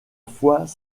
fois